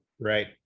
Right